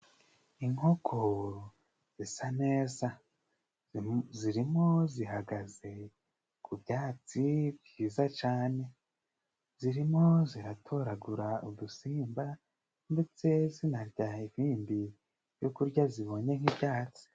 Inkoko zisa neza zirimo zihagaze ku byatsi byiza cane zirimo ziratoragura udusimba ndetse zinarya ibindi byo kurya zibonye nk'ibyatsi.